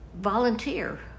volunteer